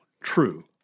true